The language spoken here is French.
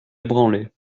ébranlée